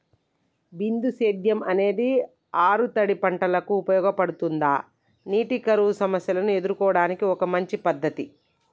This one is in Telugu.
బిందు సేద్యం అనేది ఆరుతడి పంటలకు ఉపయోగపడుతుందా నీటి కరువు సమస్యను ఎదుర్కోవడానికి ఒక మంచి పద్ధతి?